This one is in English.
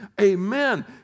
amen